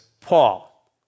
Paul